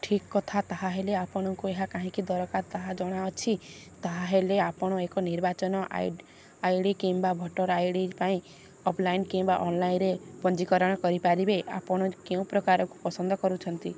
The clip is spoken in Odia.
ଠିକ୍ କଥା ତା'ହେଲେ ଆପଣଙ୍କୁ ଏହା କାହିଁକି ଦରକାର ତାହା ଜଣାଅଛି ତା'ହେଲେ ଆପଣ ଏକ ନିର୍ବାଚନ ଆଇ ଡ଼ି ଆଇ ଡ଼ି କିମ୍ବା ଭୋଟର୍ ଆଇ ଡ଼ି ପାଇଁ ଅଫ୍ଲାଇନ୍ କିମ୍ବା ଅନ୍ଲାଇନ୍ରେ ପଞ୍ଜୀକରଣ କରିପାରିବେ ଆପଣ କେଉଁ ପ୍ରକାରକୁ ପସନ୍ଦ କରୁଛନ୍ତି